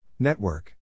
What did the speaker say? Network